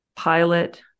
pilot